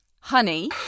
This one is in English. honey